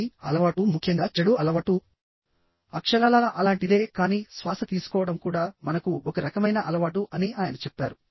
కాబట్టిఅలవాటు ముఖ్యంగా చెడు అలవాటుఅక్షరాలా అలాంటిదే కానీ శ్వాస తీసుకోవడం కూడా మనకు ఒక రకమైన అలవాటు అని ఆయన చెప్పారు